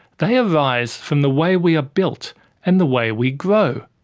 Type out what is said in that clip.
they arise from the way we are built and the way we grow.